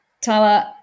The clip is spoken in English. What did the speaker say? Tyler